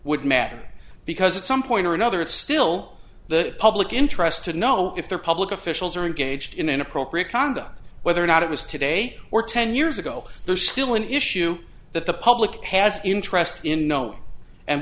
would matter because it's some point or another it's still the public interest to know if they're public officials are engaged in inappropriate conduct whether or not it was today or ten years ago there's still an issue that the public has interest in no